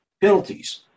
penalties